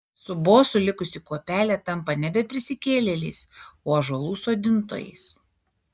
su bosu likusi kuopelė tampa nebe prisikėlėliais o ąžuolų sodintojais